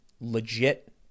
legit